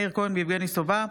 מאיר כהן ויבגני סובה,